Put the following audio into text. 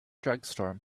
drugstore